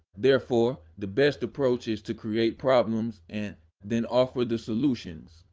therefore, the best approach is to create problems and then offer the solutions.